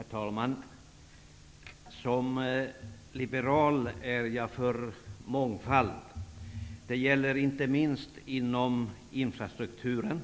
Herr talman! Som liberal är jag för mångfald. Det gäller inte minst inom infrastrukturen.